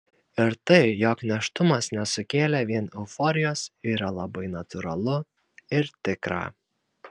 ir tai jog nėštumas nesukėlė vien euforijos yra labai natūralu ir tikra